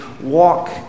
walk